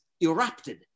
erupted